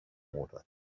water